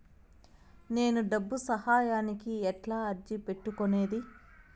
నేను డబ్బు సహాయానికి ఎట్లా అర్జీ పెట్టుకునేది?